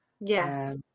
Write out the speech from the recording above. Yes